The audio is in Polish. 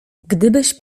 gdybyś